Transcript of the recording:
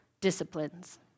disciplines